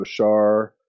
Bashar